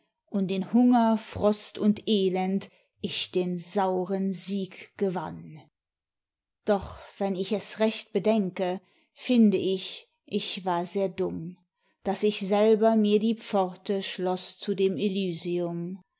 und in hunger frost und elend ich den sauren sieg gewann doch wenn ich es recht bedenke finde ich ich war sehr dumm daß ich selber mir die pforte schloß zu dem elysium